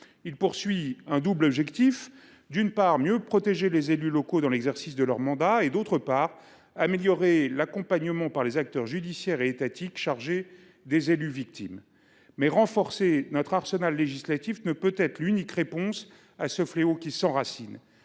vise un double objectif : d’une part, mieux protéger les élus locaux dans l’exercice de leur mandat et, d’autre part, améliorer l’accompagnement par les acteurs judiciaires et étatiques chargés des élus victimes. Toutefois, renforcer notre arsenal législatif ne peut pas être l’unique réponse à ce fléau qui s’enracine.